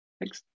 Thanks